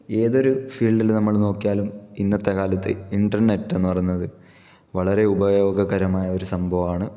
ഏതൊരു ഫീൽഡില് നമ്മള് നോക്കിയാലും ഇന്നത്തെ കാലത്ത് ഇന്റർനെറ്റ് എന്ന് പറയുന്നത് വളരെ ഉപയോഗകരമായ ഒരു സംഭവമാണ്